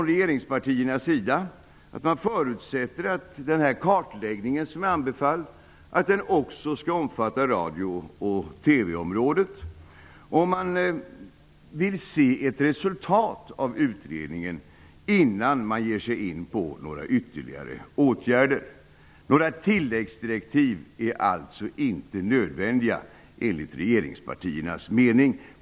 Regeringspartierna förutsätter att den anbefallda kartläggningen skall innefatta också radio och TV området. Man vill se ett resultat av utredningen, innan man ger sig in på några ytterligare åtgärder. Några tilläggsdirektiv är alltså inte nödvändiga enligt regeringspartiernas mening.